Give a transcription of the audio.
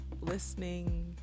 listening